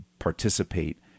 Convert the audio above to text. participate